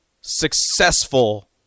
successful